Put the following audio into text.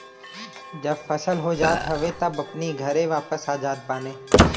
जब फसल हो जात हवे तब अपनी घरे वापस आ जात बाने